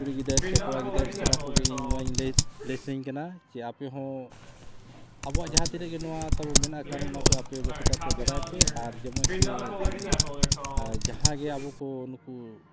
ᱠᱩᱲᱤ ᱜᱤᱫᱟᱹᱨ ᱥᱮ ᱠᱚᱲᱟ ᱜᱤᱫᱽᱹᱨ ᱥᱟᱱᱟᱢ ᱠᱚᱜᱮ ᱤᱧ ᱱᱚᱣᱟᱧ ᱞᱟᱹᱭ ᱞᱟᱹᱭ ᱥᱟᱹᱱᱟᱹᱧ ᱠᱟᱱᱟ ᱡᱮ ᱟᱯᱮ ᱦᱚᱸ ᱟᱵᱚᱣᱟᱜ ᱡᱟᱦᱟᱸ ᱛᱤᱱᱟᱹᱜ ᱜᱮ ᱱᱚᱣᱟ ᱛᱟᱵᱚᱱ ᱢᱮᱱᱟᱜ ᱠᱟᱨᱚᱱ ᱚᱱᱟ ᱠᱚ ᱟᱯᱮ ᱵᱮᱥᱤᱠᱟᱭᱛᱮ ᱵᱟᱰᱟᱭ ᱯᱮ ᱟᱨ ᱡᱮᱢᱚᱱ ᱛᱮ ᱡᱟᱦᱟᱸ ᱜᱮ ᱟᱵᱚ ᱠᱚ ᱱᱩᱠᱩ